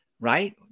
right